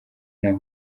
naho